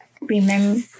remember